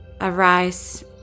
arise